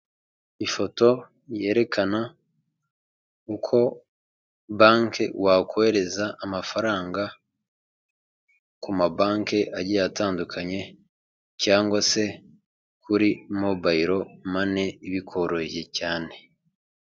Ifoto yerekana uko banki wakohereza amafaranga ku mabanki agiye atandukanye, cyangwa se kuri mobayiro mani bikoroye cyane.